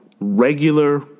Regular